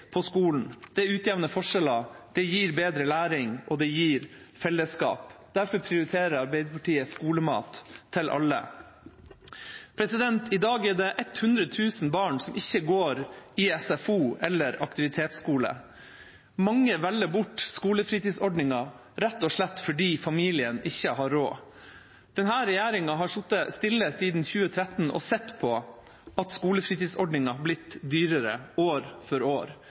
på skolen. Det utjevner forskjeller, det gir bedre læring, og det gir fellesskap. Derfor prioriterer Arbeiderpartiet skolemat til alle. I dag er det 100 000 barn som ikke går i SFO eller i aktivitetsskole. Mange velger bort skolefritidsordningen, rett og slett fordi familien ikke har råd. Denne regjeringa har sittet stille siden 2013 og sett på at skolefritidsordningen er blitt dyrere år for år.